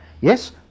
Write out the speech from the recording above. Yes